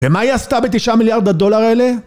ומה היא עשתה בתשע מיליארד הדולר האלה?